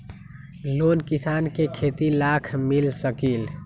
Loan किसान के खेती लाख मिल सकील?